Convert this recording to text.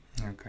okay